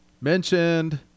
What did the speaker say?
mentioned